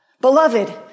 Beloved